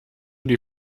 die